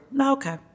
Okay